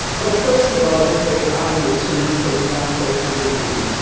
well, first of all, it's very obvious, when i say black folk religion,